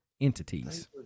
entities